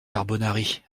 carbonari